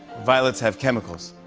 violets have chemicals.